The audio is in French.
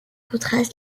retracent